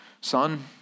Son